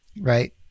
right